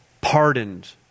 pardoned